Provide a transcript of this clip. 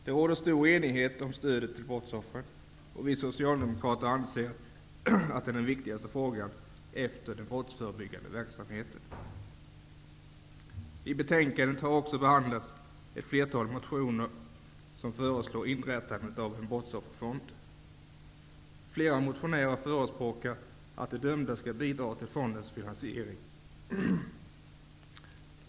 Det råder stor enighet om stödet till brottsoffren, och vi socialdemokrater anser att det är den viktigaste frågan efter den brottsförebyggande verksamheten. I betänkandet har också behandlats ett flertal motioner där man föreslår inrättandet av en brottsofferfond. Flera motionärer förespråkar att de dömda skall bidra till fondens finansiering.